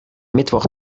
mittwoch